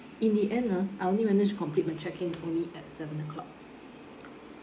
in the end ah I only managed to complete my check in only at seven o'clock